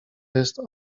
jest